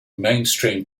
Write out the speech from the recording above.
mainstream